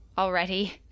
already